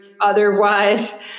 otherwise